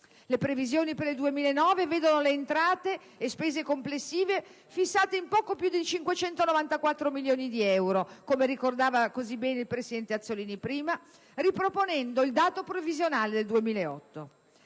Le previsioni per il 2009 vedono le entrate e le spese complessive fissate in poco più di 594 milioni di euro, come ricordava così bene il presidente Azzollini prima, riproponendo il dato previsionale del 2008.